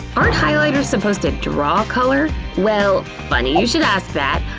aren't highlighters supposed to draw color? well, funny you should ask that.